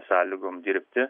sąlygom dirbti